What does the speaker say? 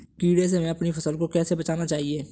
कीड़े से हमें अपनी फसल को कैसे बचाना चाहिए?